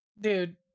Dude